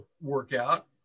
workout